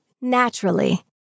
naturally